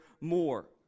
more